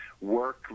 work